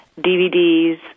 DVDs